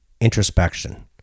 Introspection